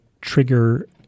trigger